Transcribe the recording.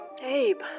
Abe